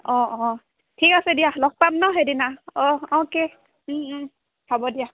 অঁ অঁ ঠিক আছে দিয়া লগ পাম ন সেইদিনা অঁ অকে হ'ব দিয়া